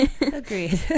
Agreed